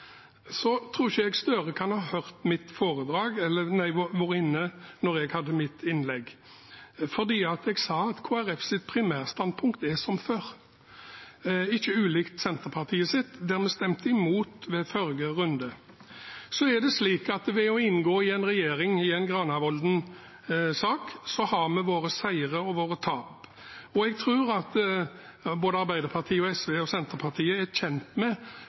tror jeg ikke Gahr Støre kan ha vært i salen da jeg holdt mitt innlegg. Jeg sa at Kristelig Folkepartis primærstandpunkt er som før, ikke ulikt Senterpartiets – vi stemte imot i forrige runde. Så er det slik at ved å inngå i en regjering, med Granavolden-plattformen, har vi våre seire og våre tap, og jeg tror at både Arbeiderpartiet, SV og Senterpartiet er kjent med